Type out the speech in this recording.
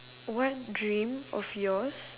what dream of yours